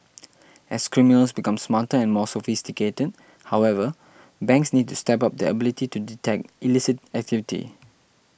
as criminals become smarter and more sophisticated however banks need to step up their ability to detect illicit activity